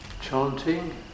chanting